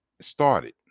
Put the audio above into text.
started